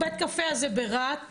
בית הקפה ברהט,